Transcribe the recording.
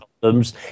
problems